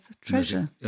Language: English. treasure